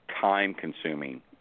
time-consuming